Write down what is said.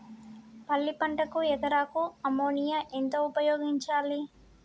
పల్లి పంటకు ఎకరాకు అమోనియా ఎంత ఉపయోగించాలి?